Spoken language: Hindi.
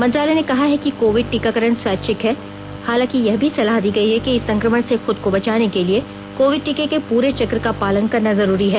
मंत्रालय ने कहा है कि कोविड टीकाकरण स्वैच्छिक है हालांकि यह भी सलाह दी गई है कि इस संक्रमण से खुद को बचाने के लिए कोविड टीके के पूरे चक्र का पालन करना जरूरी है